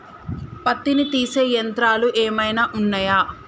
పత్తిని తీసే యంత్రాలు ఏమైనా ఉన్నయా?